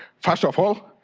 first of all,